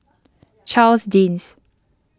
Charles Dyce